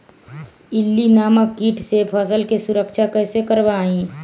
इल्ली नामक किट से फसल के सुरक्षा कैसे करवाईं?